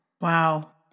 Wow